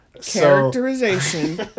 characterization